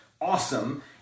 awesome